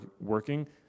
working